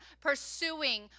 pursuing